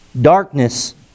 darkness